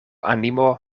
animo